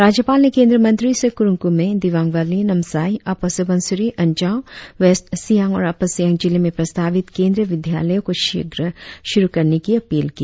राज्यपाल ने केंद्रीय मंत्री से Kurung Kumey Dibang valley Namsai upper Subansiri Anjaw west Siang और अपर सियांग जिले में प्रस्तावित केंद्रीय विद्यालयों को शीघ्र शुरु करने की अपील की